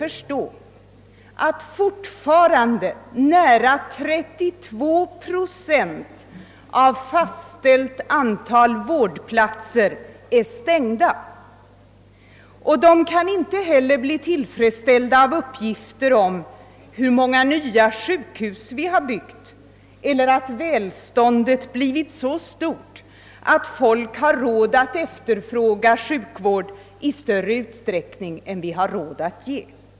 Detsamma gäller dem som väntar på att få vård för att bli arbetsföra igen. Alla dessa kan heller inte bli tillfredsställda av uppgifter om hur många nya sjukhus vi har byggt eller av uttalanden om att välståndet blivit så stort att folk har råd att efterfråga sjukvård i större utsträckning än vi har råd att ge.